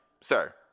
Sir